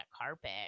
carpet